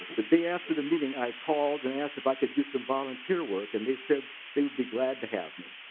the day after the meeting i called and ask if i can do so volunteer work and they said they would be glad to have me.